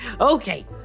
Okay